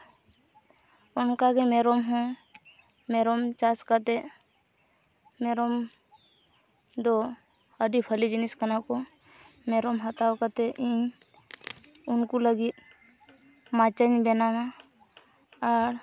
ᱚᱱᱠᱟ ᱜᱮ ᱢᱮᱨᱚᱢ ᱦᱚᱸ ᱢᱮᱨᱚᱢ ᱪᱟᱥ ᱠᱟᱛᱮᱫ ᱢᱮᱨᱚᱢ ᱫᱚ ᱟᱹᱰᱤ ᱵᱷᱟᱞᱤ ᱡᱤᱱᱤᱥ ᱠᱟᱱᱟ ᱠᱚ ᱢᱮᱨᱚᱢ ᱦᱟᱛᱟᱣ ᱠᱟᱛᱮᱫ ᱤᱧ ᱩᱱᱠᱩ ᱞᱟᱹᱜᱤᱫ ᱢᱟᱪᱟᱧ ᱵᱮᱱᱟᱣᱟ ᱟᱨ